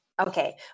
Okay